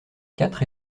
quatre